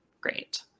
great